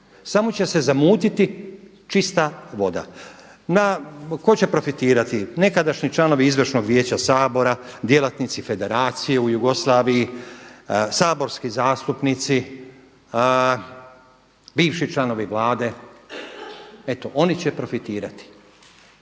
Samo će se zamutiti čista voda. Tko će profitirati? Nekadašnji članovi izvršnog vijeća Sabora, djelatnici federacije u Jugoslaviji, saborski zastupnici, bivši članovi Vlade. Eto oni će profitirati.